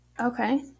Okay